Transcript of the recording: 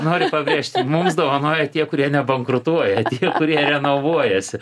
noriu pabrėžti mums dovanoja tie kurie nebankrutuoja ir kurie renovuojasi